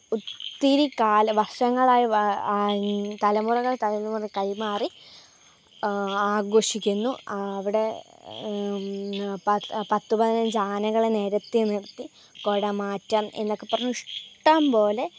ഒത്തിരി കാലം വർഷങ്ങളായി തലമുറകൾ തലമുറ കൈമാറി ആഘോഷിക്കുന്നു അവിടെ പത്തു പതിനഞ്ചാനകളെ നിരത്തി നിർത്തി കുടമാറ്റം എന്നൊക്കെ പറഞ്ഞ് ഇഷ്ടംപോലെ